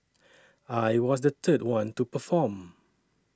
I was the third one to perform